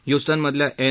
ह्युस्टनमधल्या N